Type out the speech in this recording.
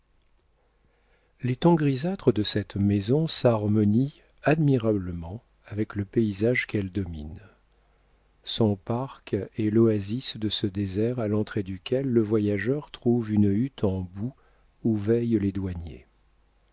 les tons grisâtres de cette maison s'harmonient admirablement avec le paysage qu'elle domine son parc est l'oasis de ce désert à l'entrée duquel le voyageur trouve une hutte en boue où veillent les douaniers